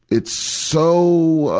it's so,